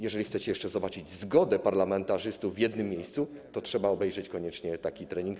Jeżeli chcecie jeszcze zobaczyć zgodę parlamentarzystów w jednym miejscu, to trzeba koniecznie obejrzeć taki trening.